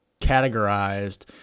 categorized